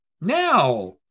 Now